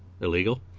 illegal